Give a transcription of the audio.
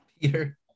Peter